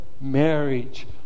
marriage